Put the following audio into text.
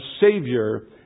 Savior